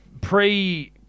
Pre